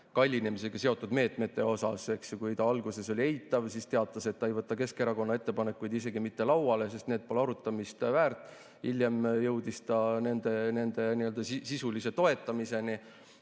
kallinemisega seotud meetmeid, siis on näha, et alguses ta eitas, siis teatas, et ta ei võta Keskerakonna ettepanekuid isegi mitte lauale, sest need pole arutamist väärt, aga hiljem jõudis nende sisulise toetamiseni.